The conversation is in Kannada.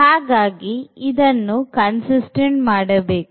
ಹಾಗಾಗಿ ಇದನ್ನು ಕನ್ಸಿಸ್ತೆಂಟ್ ಮಾಡಬೇಕು